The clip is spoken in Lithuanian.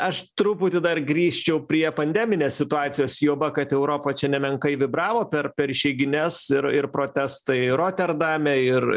aš truputį dar grįžčiau prie pandeminės situacijos juoba kad europa čia nemenkai vibravo per per išeigines ir ir protestai roterdame ir